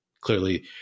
Clearly